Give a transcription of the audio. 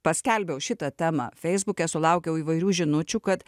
paskelbiau šitą temą feisbuke sulaukiau įvairių žinučių kad